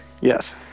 Yes